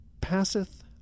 passeth